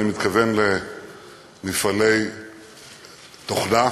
אני מתכוון למפעלי תוכנה,